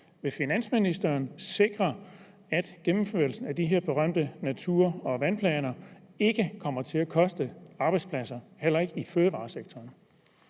Vil finansministeren sikre, at gennemførelsen af de her berømte natur- og vandplaner ikke kommer til at koste arbejdspladser, heller ikke i fødevaresektoren?